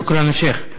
שוכראן, א-שיח'.